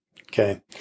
okay